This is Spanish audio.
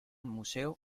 museo